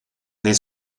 nel